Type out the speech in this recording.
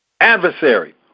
Adversary